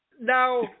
Now